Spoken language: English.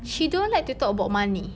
she don't like to talk about money